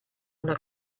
una